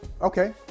Okay